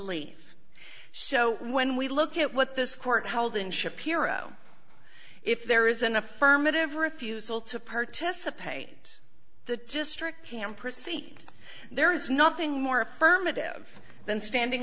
leave so when we look at what this court held in shapiro if there is an affirmative refusal to participate the district can proceed there is nothing more affirmative than standing